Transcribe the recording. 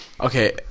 Okay